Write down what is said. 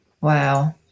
wow